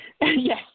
yes